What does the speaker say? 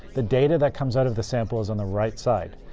the data that comes out of the sample is on the right side.